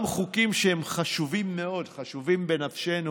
גם חוקים שהם חשובים מאוד, חשובים בנפשנו,